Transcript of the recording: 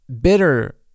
bitter